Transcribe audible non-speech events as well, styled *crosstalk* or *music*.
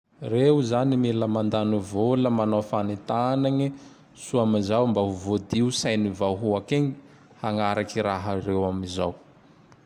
*noise* Reo zany *noise* mila *noise* mandany vola manao *noise* fanetanagne, *noise* soa am zao mba voadio sain vahoaky igny *noise* hagnaraky raha reo amizao.